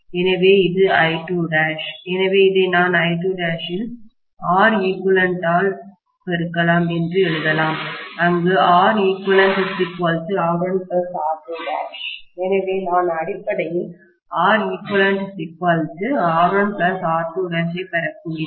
எனவே இது I2' எனவே இதை நான் I2' ஐ Req ஆல் பெருக்கலாம் என்று எழுதலாம் அங்கு ReqR1R2' எனவே நான் அடிப்படையில் ReqR1R2' ஐப் பெறப்போகிறேன்